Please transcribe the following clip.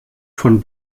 von